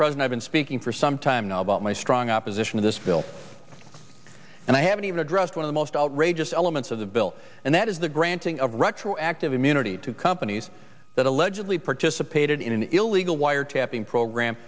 and i've been speaking for some time now about my strong opposition to this bill and i haven't even addressed one of the most outrageous elements of the bill and that is the granting of retroactive immunity to companies that allegedly participated in an illegal wiretapping program